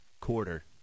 quarter